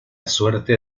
suerte